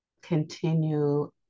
continue